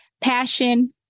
passion